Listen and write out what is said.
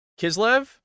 Kislev